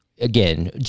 again